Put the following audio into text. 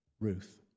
Ruth